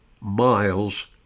miles